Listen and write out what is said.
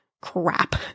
crap